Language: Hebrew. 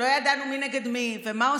שלא ידענו מי נגד מי ומה עושים,